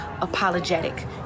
apologetic